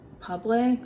public